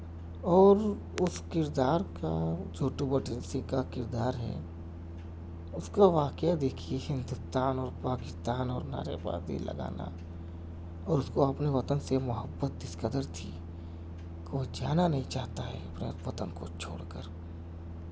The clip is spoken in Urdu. اور اس کردار کا جو ٹوبہ ٹیک سنگھ کا کردار ہے اس کا واقعہ دیکھیے ہندوستان اور پاکستان اور نعرے بازی لگانا اور اس کو اپنے وطن سے محبت اس قدر تھی کہ وہ جانا نہیں چاہتا ہے اپنے وطن کو چھوڑ کر